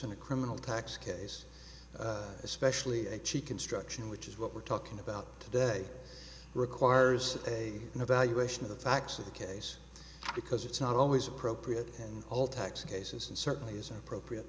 in a criminal tax case especially h e construction which is what we're talking about today requires a evaluation of the facts of the case because it's not always appropriate and all tax cases and certainly isn't appropriate